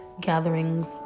gatherings